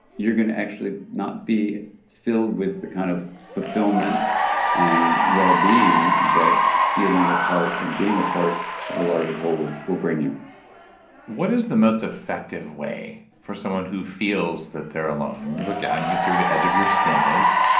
you're going to actually not be filled with the kind of fulfillment and wellbeing that feeling a part and being a part of a larger whole will bring you what is the most effective way for someone who feels that they're alone? and you look down, you can see where the edge of your skin is,